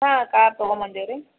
ಹಾಂ ಕಾರ್ ತಗೊಂಡು ಬಂದ್ದೀವಿ ರೀ